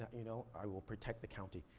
ah you know, i will protect the county.